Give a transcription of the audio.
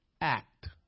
act